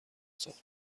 ساخت